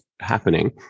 happening